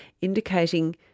indicating